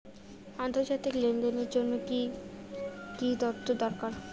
আন্তর্জাতিক লেনদেনের জন্য কি কি তথ্য দরকার?